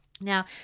Now